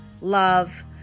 love